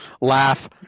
laugh